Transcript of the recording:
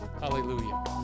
Hallelujah